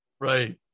Right